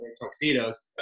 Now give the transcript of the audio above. Tuxedos